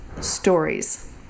stories